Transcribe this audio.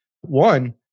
one